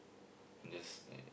just like